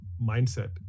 mindset